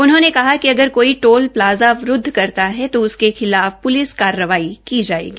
उन्होंने कहा कि अगर कोई टोल प्लाजा अवरूदध करता है तो उसके खिलाफ पुलिस कार्रवाई की जायेगी